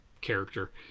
character